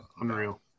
Unreal